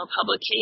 publication